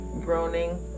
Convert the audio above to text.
groaning